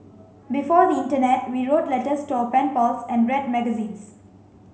before the internet we wrote letters to our pen pals and read magazines